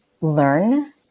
learn